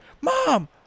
mom